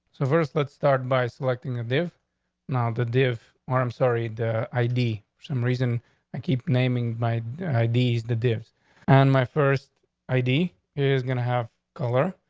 so, first, let's start by selecting a live now the div or i'm sorry, the i d. some reason i keep naming my ideas the dibs on and my first i d is gonna have color,